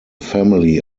family